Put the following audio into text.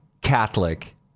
Catholic